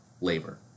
labor